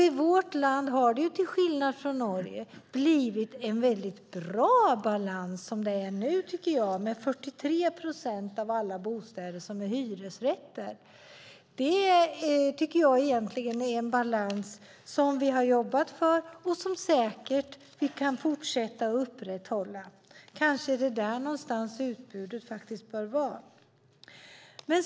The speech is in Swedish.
I vårt land, till skillnad från Norge, har det blivit en bra balans där 43 procent av alla bostäder är hyresrätter. Det är en balans som vi har arbetat för och som vi säkert kan fortsätta att upprätthålla. Kanske är det där någonstans utbudet bör vara.